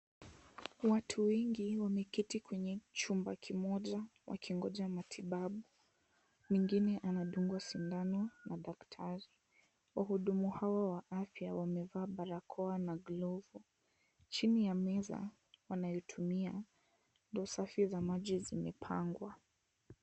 Watu wengi wameketi kwenye chumba komoja wakingoja matibabu. Mwingine anadungwa sindano na daktari. Wahudumu hao wa afya umevaa barakoa na glovu. Chini ya meza wanayotumia ndoo safi za maji zimepangwa.